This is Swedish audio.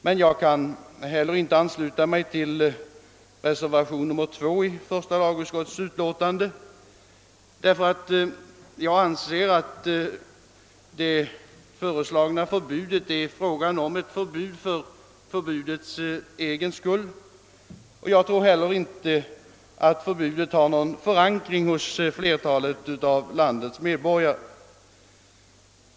Men jag kan inte ansluta mig till reservationen 2 i första lagutskottets utlåtande, eftersom jag anser att det föreslagna förbudet är ett förbud för förbudets egen skull. Jag tror inte heller att ett sådant förbud har någon förankring hos flertalet av landets medborgare.